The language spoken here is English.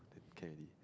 then can already